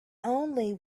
only